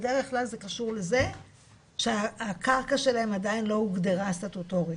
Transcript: בדרך כלל זה קשור לזה שהקרקע שלהם עדיין לא הוגדה סטטוטורית.